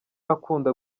akunda